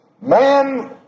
man